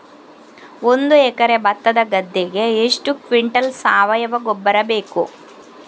ಒಂದು ಎಕರೆ ಭತ್ತದ ಗದ್ದೆಗೆ ಎಷ್ಟು ಕ್ವಿಂಟಲ್ ಸಾವಯವ ಗೊಬ್ಬರ ಬೇಕು?